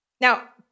Now